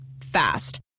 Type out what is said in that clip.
fast